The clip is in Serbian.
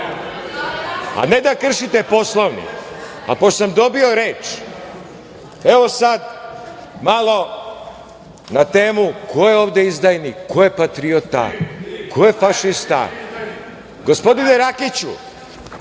a ne da kršite Poslovnik. Pošto sam dobio reč, evo sad malo na temu ko je ovde izdajnik, ko je patriota, ko je fašista. Gospodine Rakiću,